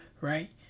right